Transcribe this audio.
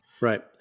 Right